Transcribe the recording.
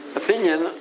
opinion